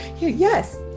yes